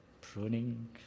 pruning